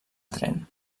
tren